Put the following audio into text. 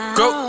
go